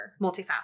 multifaceted